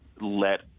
let